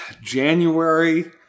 January